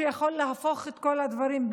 שיכול להפוך את כל הדברים בשנייה,